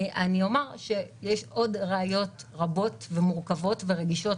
אומר שיש עוד ראיות רבות ומורכבות ורגישות